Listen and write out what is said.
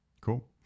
Cool